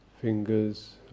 fingers